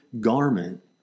garment